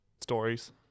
stories